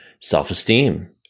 self-esteem